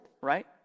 right